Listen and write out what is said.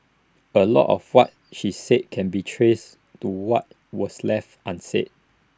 A lot of what she said can be traced to what was left unsaid